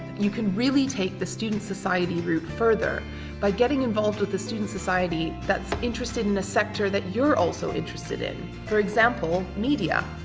you can really take the student society route further by getting involved with the student society that's interested in a sector that you're also interested in. for example media.